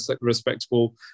respectable